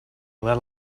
let